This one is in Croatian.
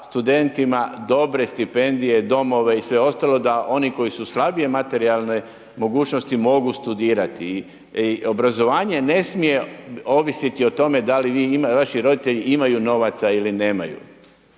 studentima dobre stipendije, domove i sve ostalo da oni koji su slabije materijalne mogućnosti mogu studirati. I obrazovanje ne smije ovisiti o tome da li vi imate, vaši roditelji imaju novaca ili nemaju.